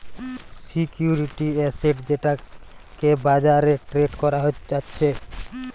security asset যেটাকে বাজারে trade করা যাচ্ছে